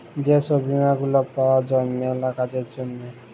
যে ছব বীমা গুলা পাউয়া যায় ম্যালা কাজের জ্যনহে